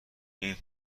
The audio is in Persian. این